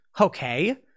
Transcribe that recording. Okay